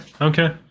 okay